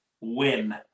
win